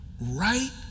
right